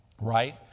Right